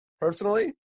Personally